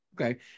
Okay